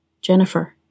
Jennifer